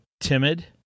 timid